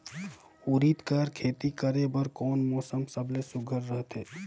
उरीद कर खेती करे बर कोन मौसम सबले सुघ्घर रहथे?